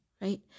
Right